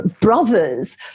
brothers